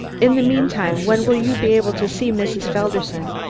in the meantime, when will you be able to see mrs. felderson?